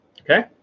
Okay